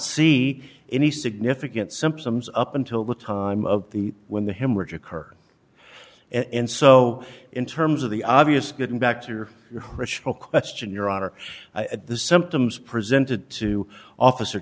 see any significant symptoms up until the time of the when the hemorrhage occur and so in terms of the obvious getting back to your rational question your honor the symptoms presented to officer